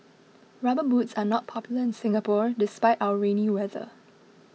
rubber boots are not popular in Singapore despite our rainy weather